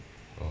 uh